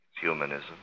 humanism